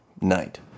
night